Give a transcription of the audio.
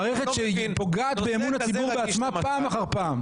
מערכת שפוגעת באמון הציבור פעם אחר פעם.